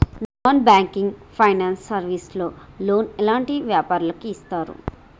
Non banking finance service లో loan ఎలాంటి వ్యాపారులకు ఇస్తరు?